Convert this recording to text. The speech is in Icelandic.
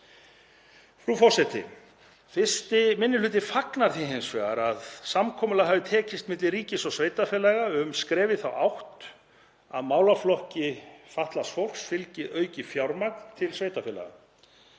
Frú forseti. 1. minni hluti fagnar því hins vegar að samkomulag hafi tekist milli ríkis og sveitarfélaga um skref í þá átt að málaflokki fatlaðs fólks fylgi aukið fjármagn til sveitarfélaga.